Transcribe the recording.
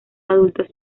adultos